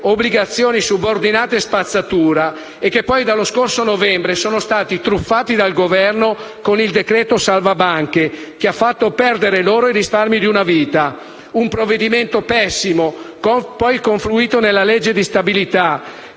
obbligazioni subordinate spazzatura, e che poi dallo scorso novembre sono stati truffati dal Governo con il decreto salva banche, che ha fatto perdere loro i risparmi di una vita. Un provvedimento pessimo, poi confluito nella legge di stabilità